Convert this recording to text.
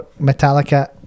Metallica